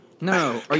No